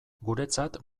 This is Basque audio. guretzat